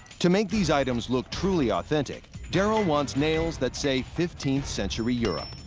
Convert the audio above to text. to make these items look truly authentic, daryl wants nails that say fifteenth century europe.